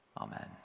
Amen